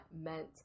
meant